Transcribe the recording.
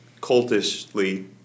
cultishly